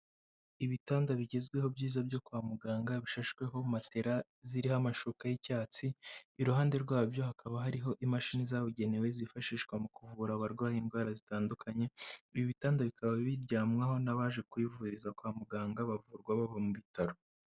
Ibitanda bigezweho byiza byo kwa muganga bishashweho matera ziriho amashuka y'icyatsi, iruhande rwabyo hakaba hariho imashini zabugenewe zifashishwa mu kuvura abarwaye indwara zitandukanye, ibi bitanda bikaba biryamwaho n'abaje kuyivuriza kwa muganga bavurwa bava mu bitaro.